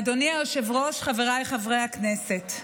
אדוני היושב-ראש, חבריי חברי הכנסת,